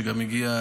שגם הגיע,